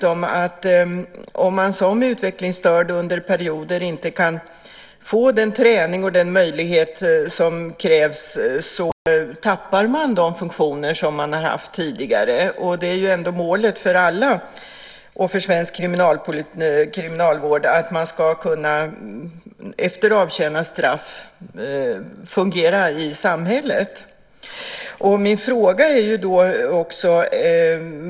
Om en utvecklingsstörd under perioder inte kan få den träning som krävs tappar personen de funktioner som fanns tidigare. Målet för alla och för svensk kriminalvård är att man efter avtjänat straff ska kunna fungera i samhället.